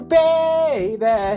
baby